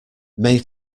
may